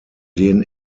den